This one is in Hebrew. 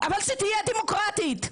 אבל שתהיה דמוקרטית.